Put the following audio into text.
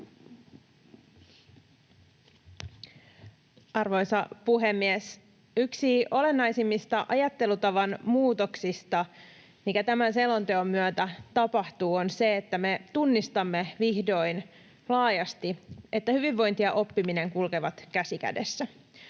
Arvoisa puhemies! Yksi olennaisimmista ajattelutavan muutoksista, mikä tämän selonteon myötä tapahtuu, on se, että me tunnistamme vihdoin laajasti, että hyvinvointi ja oppiminen kulkevat käsi kädessä.